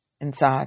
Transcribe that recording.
inside